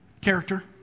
character